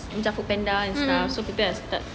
macam food panda and stuff so I start